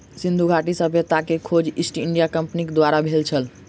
सिंधु घाटी सभ्यता के खोज ईस्ट इंडिया कंपनीक द्वारा भेल छल